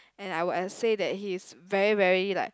and I would have to say that he's very very like